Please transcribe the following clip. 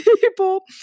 people